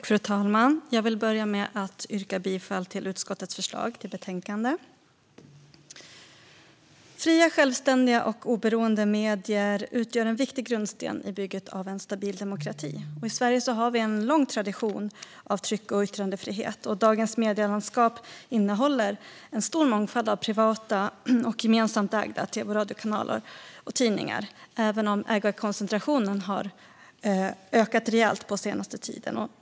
Fru talman! Jag vill börja med att yrka bifall till utskottets förslag i betänkandet. Fria, självständiga och oberoende medier utgör en viktig grundsten i bygget av en stabil demokrati. I Sverige finns en lång tradition av tryck och yttrandefrihet, och dagens medielandskap innehåller en stor mångfald av privata och gemensamt ägda tv och radiokanaler och tidningar - även om ägarkoncentrationen har ökat rejält på senare tid.